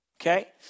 Okay